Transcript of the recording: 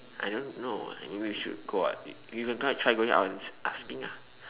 I don't know maybe we should go out you can go and try going out and asking ah